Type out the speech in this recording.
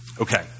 Okay